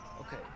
okay